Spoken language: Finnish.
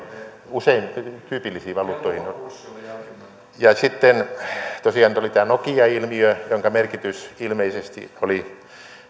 useimpiin tyypillisiin valuuttoihin sitten tosiaan tuli tämä nokia ilmiö jonka merkitys ilmeisesti oli